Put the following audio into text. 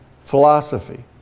philosophy